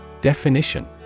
Definition